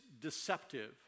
deceptive